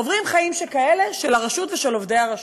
עוברים "חיים שכאלה" של הרשות ושל עובדי הרשות,